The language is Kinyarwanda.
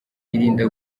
yirinda